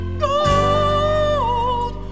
gold